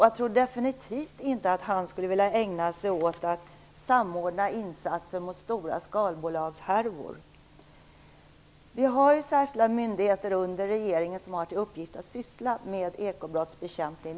Jag tror definitivt inte att han skulle vilja ägna sig åt att samordna insatser mot stora skalbolagshärvor. Vi har särskilda myndigheter under regeringen som har till uppgift att syssla med ekobrottsbekämpning.